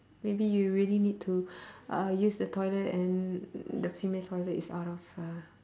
maybe you really need to uh use the toilet and the female toilet is out of uh